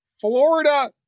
Florida